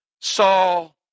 Saul